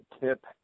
tip